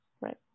Right